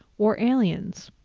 or aliens.